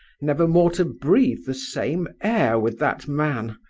never more to breathe the same air with that man.